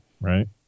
right